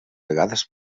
vegades